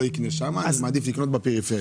לא קונה שם אלא אתה מעדיף לקנות בפריפריה?